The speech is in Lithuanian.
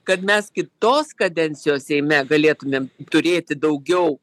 kad mes kitos kadencijos seime galėtumėm turėti daugiau